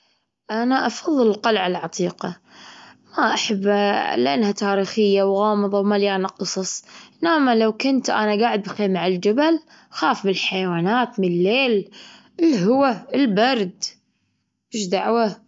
أنا أفضل القلعة العتيقة، أنا أحبها لأنها تاريخية وغامضة ومليانة قصص إنما لو كنت أنا جاعد بخيمة على الجبل خاف من الحيوانات من الليل الهوا، البرد إيش دعوة.